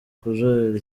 kujuririra